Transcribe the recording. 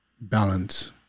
balance